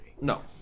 No